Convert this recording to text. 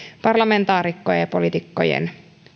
parlamentaarikkojen ja poliitikkojen